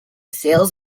sales